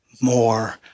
more